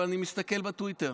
אבל אני מסתכל בטוויטר,